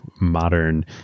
modern